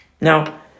Now